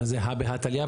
אבל זה הא בהא תליא.